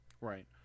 Right